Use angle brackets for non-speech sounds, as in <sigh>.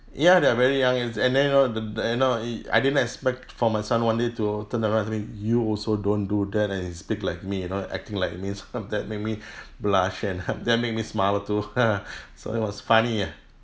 ya they're very young and then you know the the you know I didn't expect for my son one day to turn around and tell me you also don't do that and he speak like me you know acting like me so that make me blush and <laughs> that make me smile too <laughs> so it was funny ah